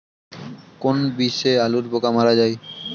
কোন বিষে আলুর পোকা মারা যায়?